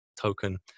token